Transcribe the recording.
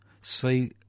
see